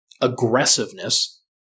aggressiveness